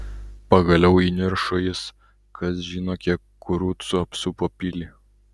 pagaliau įniršo jis kas žino kiek kurucų apsupo pilį